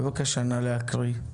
בבקשה נא להקריא.